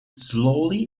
slowly